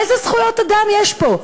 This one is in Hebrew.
איזה זכויות אדם יש פה?